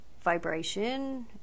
vibration